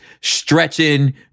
stretching